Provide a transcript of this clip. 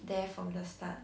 there from the start